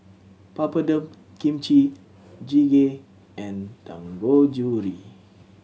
Papadum Kimchi Jjigae and Dangojiru